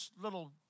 little